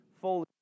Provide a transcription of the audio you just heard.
fully